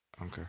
Okay